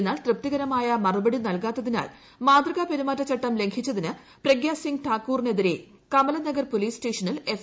എന്നാൽ തൃപ്തികര മായ മറുപടി നൽകാത്തതിനാൽ മാതൃകാപെരുമാറ്റ ചട്ടം ലംഘിച്ചതിന് പ്രഗ്യാസിങ് ഠാക്കൂറിനെതിരെ കമലനഗർ പോലീസ് സ്റ്റേഷനിൽ എഫ്